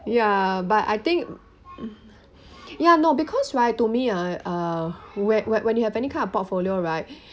ya but I think ya no because right to me I uh when when when you have any kind of portfolio right